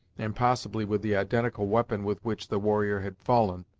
and possibly with the identical weapon with which the warrior had fallen,